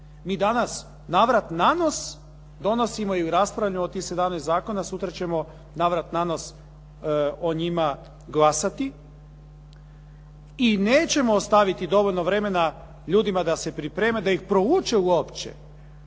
Mi danas navrat nanos donosimo i raspravljamo o tih 17 zakona, sutra ćemo navrat nanos o njima glasati i nećemo ostaviti dovoljno vremena ljudima da se pripreme, da ih prouče uopće